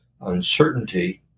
uncertainty